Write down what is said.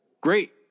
great